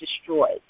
destroyed